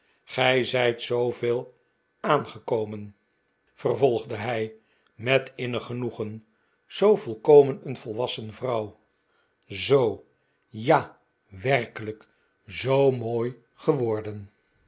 gij zijt zooveel aangekomen vervolgde hij met innig genoegen zoo volkomen een volwassen vrouw zoo ja werkelijk zoo mooi geworden